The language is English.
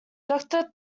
doctor